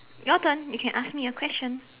your turn you can ask me a question